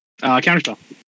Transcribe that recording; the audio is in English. Counterspell